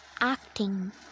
acting